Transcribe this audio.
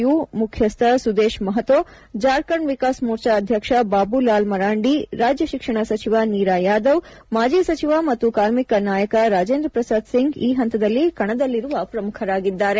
you ಮುಖ್ಯಸ್ಥ ಸುದೇಶ್ ಮಹತೋ ಜಾರ್ಖಂಡ್ ವಿಕಾಸ ಮೋರ್ಚಾ ಅಧ್ಯಕ್ಷ ಬಾಬು ಲಾಲ್ ಮರಾಂದಿ ರಾಜ್ಯ ಶಿಕ್ಷಣ ಸಚಿವ ನೀರಾ ಯಾದವ್ ಮಾಜಿ ಸಚಿವ ಮತ್ತು ಕಾರ್ಮಿಕ ನಾಯಕ ರಾಜೇಂದ್ರ ಪ್ರಸಾದ್ ಸಿಂಗ್ ಈ ಹಂತದಲ್ಲಿ ಕಣದಲ್ಲಿರುವ ಪ್ರಮುಖರಾಗಿದ್ದಾರೆ